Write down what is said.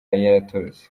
yaratorotse